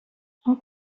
how